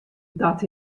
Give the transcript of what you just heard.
dat